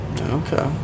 Okay